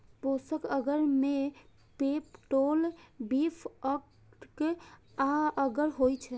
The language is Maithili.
पोषक अगर मे पेप्टोन, बीफ अर्क आ अगर होइ छै